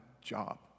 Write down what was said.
job